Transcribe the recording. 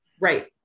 Right